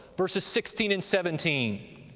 verses sixteen and seventeen.